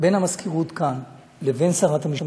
בין המזכירות כאן לבין שרת המשפטים.